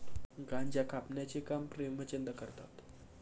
गांजा कापण्याचे काम प्रेमचंद करतात